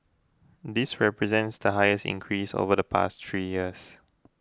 this represents the highest increase over the past three years